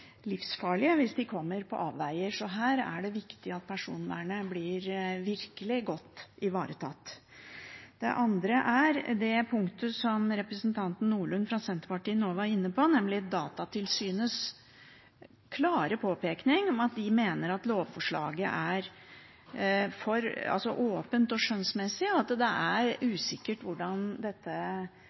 livsfarlige hvis de kommer på avveier. Her er det viktig at personvernet virkelig blir godt ivaretatt. Det andre er det punktet som representanten Nordlund fra Senterpartiet nå var inne på, nemlig Datatilsynets klare påpekning av at de mener at lovforslaget er for åpent og skjønnsmessig, og at det er usikkert hvordan dette